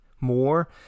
more